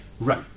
right